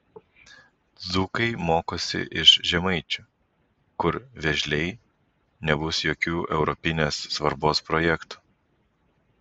dzūkai mokosi iš žemaičių kur vėžliai nebus jokių europinės svarbos projektų